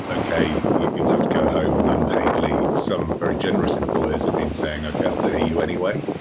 okay, you'll have to go home on unpaid leave. some very generous employers have been saying, okay, i'll pay you anyway.